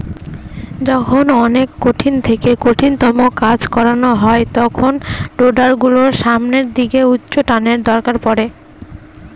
যখন অনেক কঠিন থেকে কঠিনতম কাজ করানো হয় তখন রোডার গুলোর সামনের দিকে উচ্চটানের দরকার পড়ে